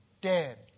dead